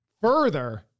further